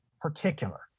particular